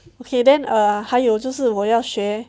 okay then err 还有就是我要学